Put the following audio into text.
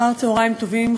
אחר-צהריים טובים,